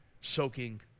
soaking